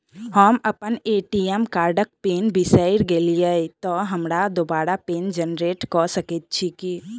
हम अप्पन ए.टी.एम कार्डक पिन बिसैर गेलियै तऽ हमरा दोबारा पिन जेनरेट कऽ सकैत छी की?